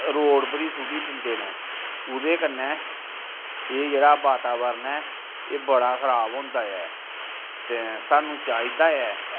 road पर ई सुट्टी दिंदे न ओह्दे कन्नै एह् जेह्ड़ा वातावरण ऐ एह् बड़ा खराब होंदा ऐ ते सानूं चाहिदा ऐ